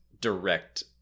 direct